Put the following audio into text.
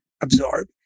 absorb